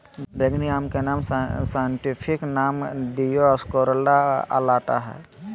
बैंगनी आम के साइंटिफिक नाम दिओस्कोरेआ अलाटा हइ